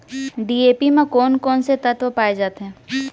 DAP म कोन कोन से तत्व पाए जाथे?